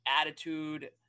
attitude